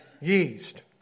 yeast